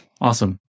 Awesome